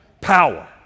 Power